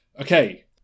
Okay